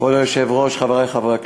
כבוד היושב-ראש, חברי חברי הכנסת,